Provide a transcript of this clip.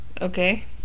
Okay